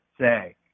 say